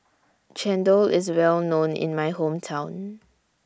Chendol IS Well known in My Hometown